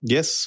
Yes